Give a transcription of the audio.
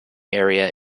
area